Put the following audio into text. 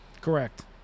Correct